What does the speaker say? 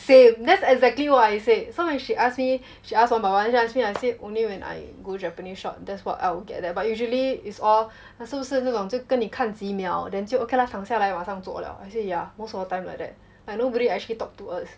same that's exactly what I said so when she ask me she ask one by one she ask me I say only when I go japanese shop that's what I would get there but usually it's all 是不是那种就跟你看几秒 then 就 okay lah 躺下来马上做 liao I say yeah most of the time like that like nobody actually talk to us